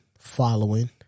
following